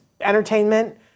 entertainment